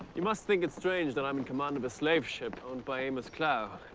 you must think it's strange that i'm in command of a slave ship owned by amos clowe.